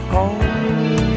Home